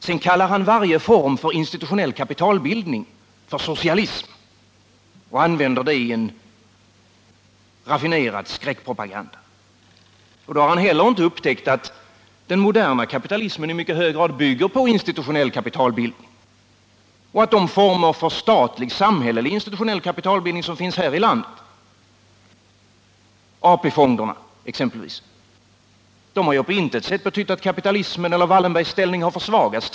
Sedan kallar han varje form av institutionell kapitalbildning för socialism — och använder detta begrepp i en raffinerad skräckpropaganda. Då har han heller inte upptäckt att den moderna kapitalismen i mycket hög grad bygger på institutionell kapitalbildning och att de former för statlig, samhällelig, institutionell kapitalbildning som finns här i landet — exempelvis AP fonderna — på intet sätt har betytt att kapitalismen eller Wallenbergs ställning har försvagats.